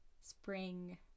spring